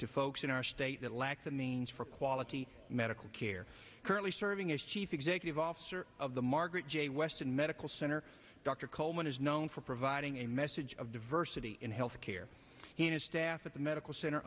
to folks in our state that lack the means for quality medical care currently serving as chief executive officer of the margaret j weston medical center dr coleman is known for providing a message of diversity in health care he and his staff at the medical center